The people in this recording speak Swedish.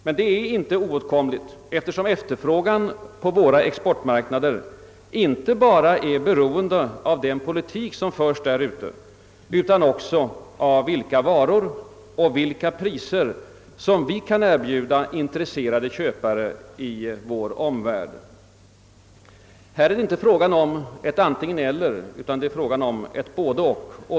Men det är inte oåtkomligt, eftersom efterfrågan på våra exportmarknader inte bara beror på den politik som förs därute utan också på vilka varor och vilka priser som vi kan erbjuda intresserade köpare 1 vår omvärld. Här är det inte fråga om ett antingen-eller utan om ett både-och.